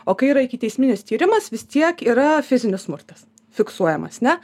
o kai yra ikiteisminis tyrimas vis tiek yra fizinis smurtas fiksuojamas ne